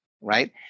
right